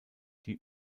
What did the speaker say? die